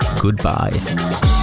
goodbye